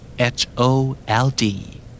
H-O-L-D